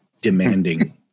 demanding